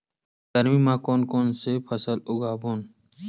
गरमी मा कोन कौन से फसल उगाबोन?